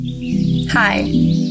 Hi